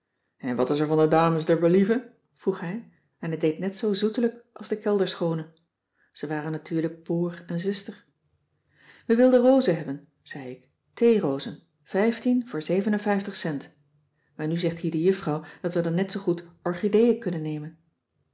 en wat is er van de dames d'r believe vroeg hij en hij deed net zoo zoetelijk als de kelderschoone ze waren natuurlijk broer en zuster we wilden rozen hebben zei ik theerozen vijftien voor zeven en vijftig cent maar nu zegt hier de juffrouw dat we dan net zoo goed orchideeën kunnen nemen